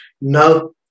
No